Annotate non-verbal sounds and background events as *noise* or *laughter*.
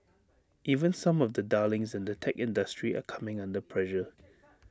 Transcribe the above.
even some of the darlings in the tech industry are coming under pressure *noise*